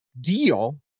deal